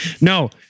No